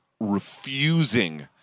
refusing